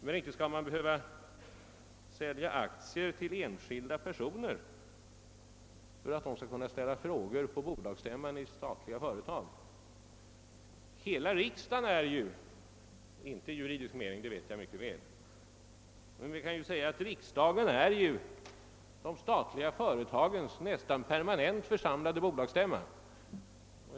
Men inte skall man behöva sälja aktier till enskilda personer för att de skall kunna ställa frågor på bolagsstämman i statliga företag. Vi kan ju säga att hela riksdagen är — inte i juridisk mening, det vet jag mycket väl — de statliga företagens nästan permanent församlade bolagsstämma.